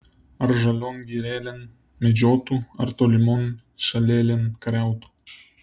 ar žalion girelėn medžiotų ar tolimon šalelėn kariautų